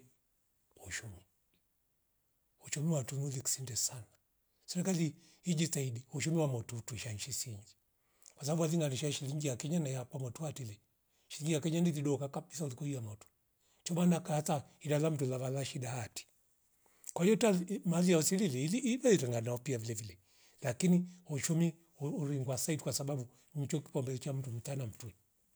Ushumi uchumi watulu tunuli ksinda sana serikali ijitahidi ushumi wa motutu ishansi sinyo kwasabu warinari shai shilingi ya kenya na yakwa mutwa tile shilingi ya kenya ni vidoka kabsia hurukui ya motu, chobana kaata iraramle ndwelava lavala shida hati kwa hiyo tali mali ya wasiri liili ivef finganaupia vilevile lakini ushumi uri- uringwasai tuka sababu mchuk kwamberu chamtu mtu mtana mtui